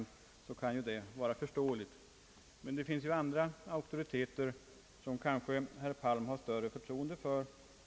Men det finns andra auktoriteter, som har uttalat sig och som herr Palm kanske har större förtroende för.